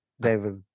David